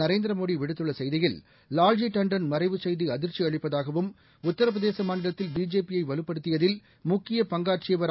நரேந்திர மோடி விடுத்துள்ள செய்தியில் வால்ஜி தாண்டன் மறைவுச் செய்தி அதிர்ச்சி அளிப்பதாகவும் உத்தரபிரதேச மாநிலத்தில் பிஜேபியை வலுப்படுத்தியதில் முக்கியப் பங்காற்றியவர் திரு